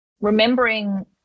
remembering